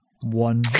one